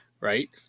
Right